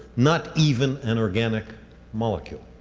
not even an organic molecule.